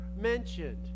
mentioned